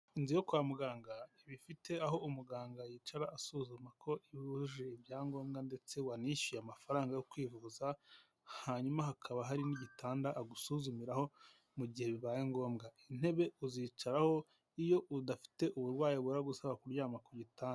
Inzu yo kwa muganga iba ifite aho umuganga yicara asuzuma ko wujuje ibyangombwa ndetse wanishyuye amafaranga yo kwivuza hanyuma hakaba hari n'igitanda agusuzumiraho mu gihe bibaye ngombwa, intebe uzicaraho iyo udafite uburwayi buragusaba kuryama ku gitanda.